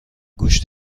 گوش